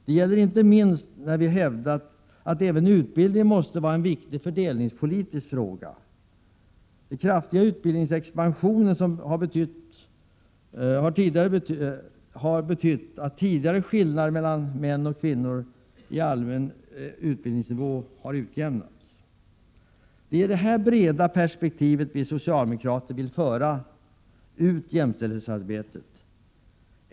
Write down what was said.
Det gäller inte minst när vi hävdat att även utbildningen måste ses som en viktig fördelningspolitisk fråga. Den kraftiga utbildningsexpansionen har betytt att tidigare skillnader mellan män och kvinnor i allmän utbildningsnivå har utjämnats. Det är i detta breda perspektiv vi socialdemokrater vill föra ut jämställdhetsarbetet.